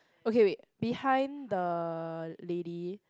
okay wait behind the lady